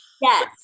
Yes